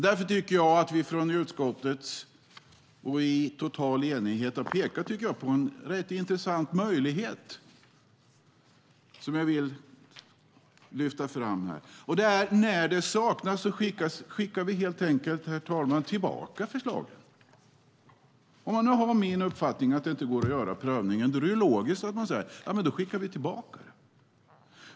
Från utskottet har vi därför i total enighet pekat på en rätt intressant möjlighet som jag vill lyfta fram här, och det är att när motivering saknas skickar vi helt enkelt tillbaka förslagen. Om man nu, som jag, är av uppfattningen att det inte går att göra prövningen är det logiskt att säga att vi skickar tillbaka det.